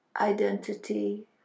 identity